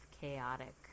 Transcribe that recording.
chaotic